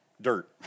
dirt